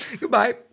Goodbye